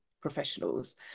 professionals